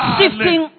Shifting